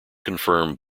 confirmed